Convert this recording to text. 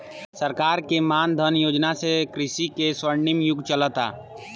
सरकार के मान धन योजना से कृषि के स्वर्णिम युग चलता